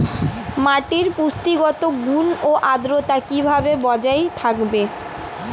মাটির পুষ্টিগত গুণ ও আদ্রতা কিভাবে বজায় থাকবে?